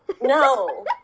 No